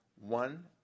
one